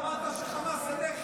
אמרת שחמאס זה נכס.